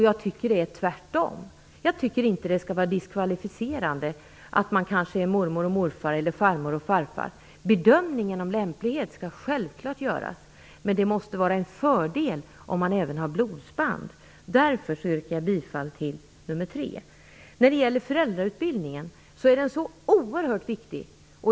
Jag tycker tvärtom att det inte skall vara diskvalificerande att vara mormor och morfar eller farmor och farfar. Bedömningen av lämplighet skall självklart göras. Men det måste vara en fördel om man även har blodsband. Därför yrkar jag bifall till reservation 3. När det gäller föräldrautbildningen är den så oerhört viktig.